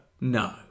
No